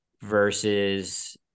versus